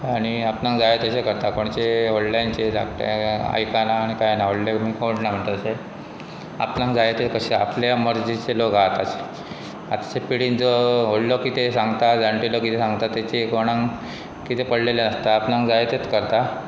आनी आपणक जाय तशें करता कोणचे व्हडल्यांचे धाकटें आयकाना आनी कांय ना व्हडलें कोण ना म्हण तशें आपणक जाय ते कशें आपल्या मर्जीचे लोक आसा तशें आतचे पिडीन जो व्हडलो कितें सांगता जाणटेलो कितें सांगता तेचे कोणाक कितें पडलेलें आसता आपणक जाय तेच करता